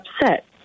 upset